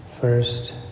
First